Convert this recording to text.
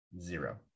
Zero